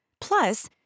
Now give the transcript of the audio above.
Plus